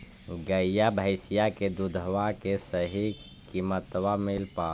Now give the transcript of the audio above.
गईया भैसिया के दूधबा के सही किमतबा मिल पा?